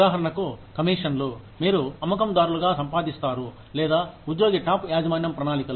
ఉదాహరణకు కమీషన్లు మీరు అమ్మకందారులు గా సంపాదిస్తారు లేదా ఉద్యోగి టాప్ యాజమాన్యం ప్రణాళికలు